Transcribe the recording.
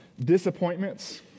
disappointments